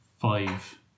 five